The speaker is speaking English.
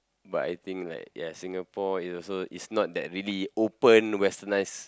but I think like ya Singapore is also is not that really open westernised